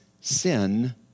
sin